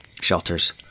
shelters